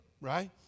Right